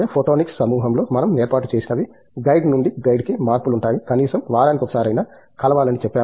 photonics సమూహంలో మనం ఏర్పాటు చేసినవి గైడ్ నుండి గైడ్ కు మార్పులు ఉంటాయి కనీసం వారానికి ఒకసారి అయినా కలవాలని చెప్పాము